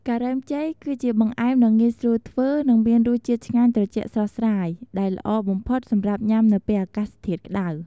ការ៉េមចេក គឺជាបង្អែមដ៏ងាយស្រួលធ្វើ និងមានរសជាតិឆ្ងាញ់ត្រជាក់ស្រស់ស្រាយ ដែលល្អបំផុតសម្រាប់ញ៉ាំនៅពេលអាកាសធាតុក្ដៅ។